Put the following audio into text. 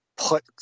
put